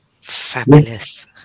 Fabulous